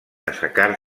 assecar